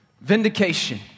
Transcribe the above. vindication